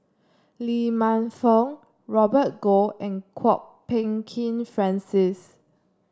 Lee Man Fong Robert Goh and Kwok Peng Kin Francis